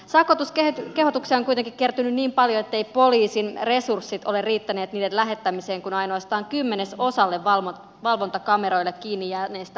sakotuskehotuksia on kuitenkin kertynyt niin paljon etteivät poliisin resurssit ole riittäneet niiden lähettämiseen kuin ainoastaan kymmenesosalle valvontakameroille kiinni jääneistä autoista